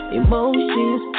emotions